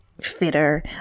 fitter